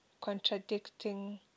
contradicting